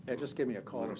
and just give me a call